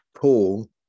paul